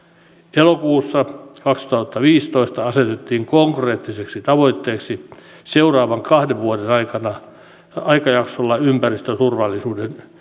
elokuussa kaksituhattaviisitoista asetettiin konkreettiseksi tavoitteeksi seuraavan kahden vuoden aikajaksolla ympäristöturvallisuuden